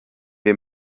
wir